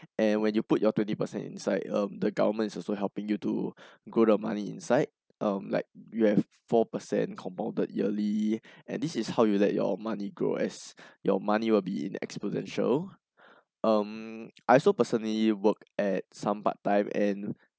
and when you put your twenty percent inside um the government is also helping you to grow the money inside um like you have four percent compounded yearly and this is how you let your money grow as your money will be in the exponential um I also personally work at some part time and